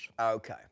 Okay